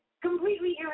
completely